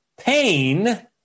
pain